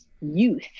youth